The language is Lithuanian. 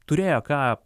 turėjo ką